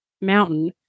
mountain